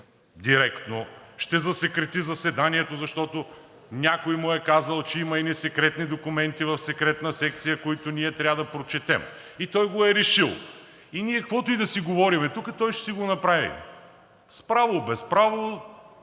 директно, ще засекрети заседанието, защото някой му е казал, че има едни секретни документи в секретна секция, които ние трябва да прочетем. И той го е решил. И ние каквото и да си говорим тук, той ще си го направи – с право, без право,